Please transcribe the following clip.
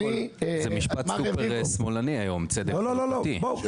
זה משפט סופר שמאלני היום, צדק חלוקתי.